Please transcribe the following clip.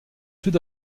sud